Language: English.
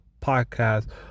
podcast